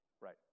Right